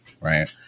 right